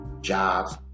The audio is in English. jobs